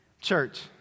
church